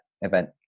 event